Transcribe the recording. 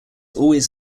always